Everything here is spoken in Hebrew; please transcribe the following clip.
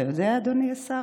אתה יודע, אדוני השר?